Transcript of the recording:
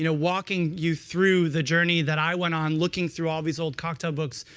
you know walking you through the journey that i went on, looking through all these old cocktail books.